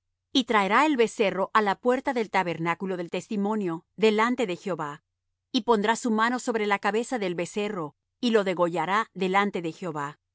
y traerá el becerro á la puerta del tabernáculo del testimonio delante de jehová y pondrá su mano sobre la cabeza del becerro y lo degollará delante de jehová